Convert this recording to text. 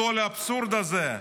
תסתכלו על האבסורד הזה,